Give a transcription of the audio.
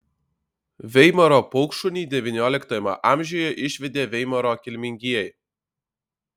veimaro paukštšunį devynioliktajame amžiuje išvedė veimaro kilmingieji